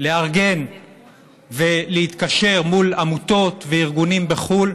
לארגן ולהתקשר מול עמותות וארגונים בחו"ל,